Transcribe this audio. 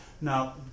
Now